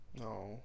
No